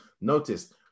notice